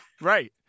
Right